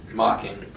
mocking